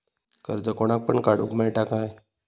कर्ज कोणाक पण काडूक मेलता काय?